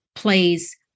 plays